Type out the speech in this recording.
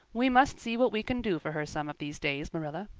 we must see what we can do for her some of these days, marilla.